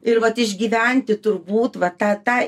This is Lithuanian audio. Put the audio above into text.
ir vat išgyventi turbūt va tą tą